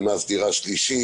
במס דירה שלישית,